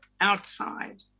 outside